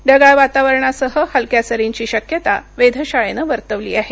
ढगाळ वातावरणासह हलक्या सरींची शक्यता वेधशाळेनं वर्तवली आहे